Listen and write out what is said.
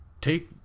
take